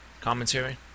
commentary